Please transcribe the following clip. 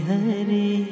Hari